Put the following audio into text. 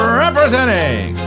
representing